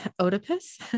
Oedipus